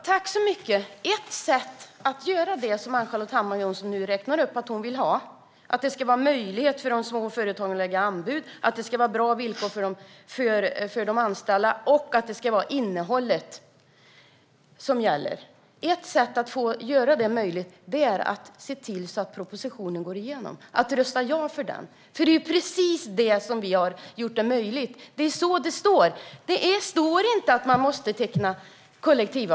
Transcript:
Herr talman! Ett sätt att göra det som Ann-Charlotte Hammar Johnsson nu räknar upp att hon vill ha möjligt, det vill säga att små företag ska kunna lägga anbud, att det ska vara bra villkor för de anställda och att det ska vara innehållet som gäller, är att rösta ja till propositionen och se till att den går igenom. Det är ju precis detta vi har gjort möjligt. Det är så det står. Det står inte att man måste teckna kollektivavtal.